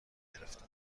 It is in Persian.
گرفتم